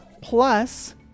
plus